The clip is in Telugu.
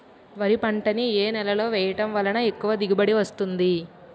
వరి పంట ని ఏ నేలలో వేయటం వలన ఎక్కువ దిగుబడి వస్తుంది?